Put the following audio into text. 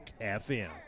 FM